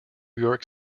york